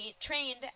trained